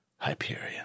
hyperion